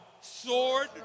sword